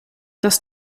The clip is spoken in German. das